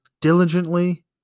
diligently